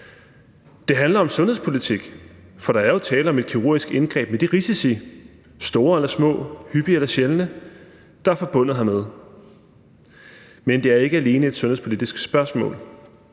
Det handler om sundhedspolitik, for der er jo tale om et kirurgisk indgreb med de risici, store eller små, hyppige eller sjældne, der er forbundet hermed. Men det er ikke alene et sundhedspolitisk spørgsmål.